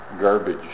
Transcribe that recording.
garbage